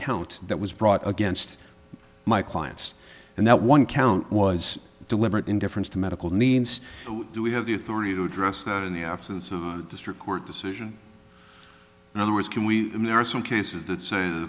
count that was brought against my clients and that one count was deliberate indifference to medical needs do we have the authority to address that in the absence of a district court decision in other words can we there are some cases that say